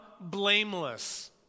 blameless